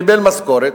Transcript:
קיבל משכורת,